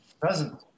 Present